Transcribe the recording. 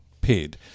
paid